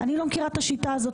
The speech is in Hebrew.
אני לא מכירה את השיטה הזאת,